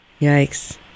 Yikes